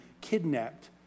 kidnapped